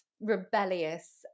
Rebellious